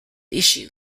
issue